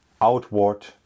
outward